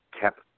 kept